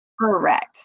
Correct